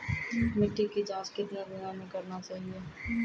मिट्टी की जाँच कितने दिनों मे करना चाहिए?